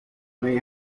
may